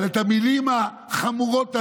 אבל את המילים החמורות הללו,